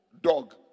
dog